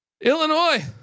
Illinois